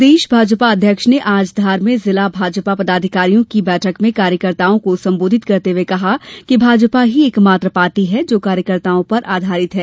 प्रदेश भाजपा अध्यक्ष ने आज धार में जिला भाजपा पदाधिकारियों की बैठक में कार्यकर्ताओं को सम्बोधित करते हुए कहा कि भाजपा ही एक मात्र पार्टी है जो कार्यकर्ताओं पर आधारित है